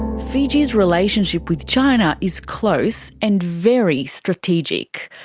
fiji's relationship with china is close, and very strategic.